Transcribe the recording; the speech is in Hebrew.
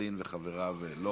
ורק אנחנו לא.